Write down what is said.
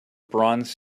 bronze